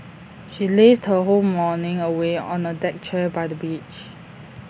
she lazed her whole morning away on A deck chair by the beach